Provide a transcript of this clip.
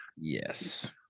Yes